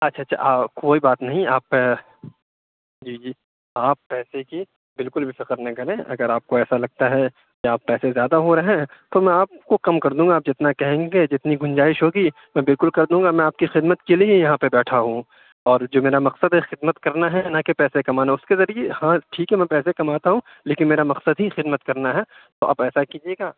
اچھا اچھا آ کوئی بات نہیں آپ جی جی آپ پیسے کی بالکل بھی فکر نہ کریں اگر آپ کو ایسا لگتا ہے کہ آپ پیسے زیادہ ہو رہے ہیں تو میں آپ کو کم کردوں گا آپ جتنا کہیں گے جتنی گُنجائش ہوگی میں بالکل کردوں گا میں آپ کی خدمت کے لیے ہی یہاں پہ بیٹھا ہوں اور جو میرا مقصد ہے خدمت کرنا ہے نہ کہ پیسے کمانا اُس کے ذریعے ہاں ٹھیک ہے میں پیسے کماتا ہوں لیکن میرا مقصد ہی خدمت کرنا ہے تو آپ ایسا کیجیے گا